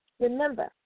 Remember